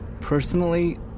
personally